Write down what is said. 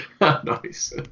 nice